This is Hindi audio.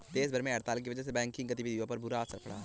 देश भर में हड़ताल की वजह से बैंकिंग गतिविधियों पर बुरा असर पड़ा है